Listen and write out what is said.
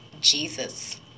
jesus